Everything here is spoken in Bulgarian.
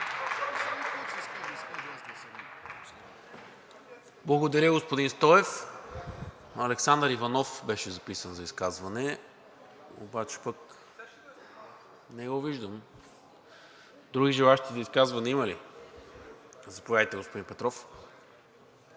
Благодаря, господин Стоев. Александър Иванов беше записан за изказване, обаче не го виждам. Други желаещи за изказване има ли? Заповядайте, господин Петров.